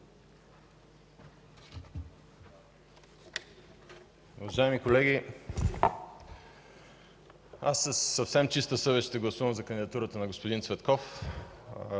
Добре